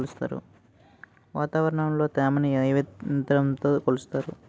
వాతావరణంలో తేమని ఏ యంత్రంతో కొలుస్తారు?